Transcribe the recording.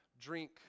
drink